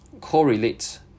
correlates